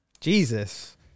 Jesus